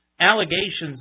allegations